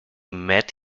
met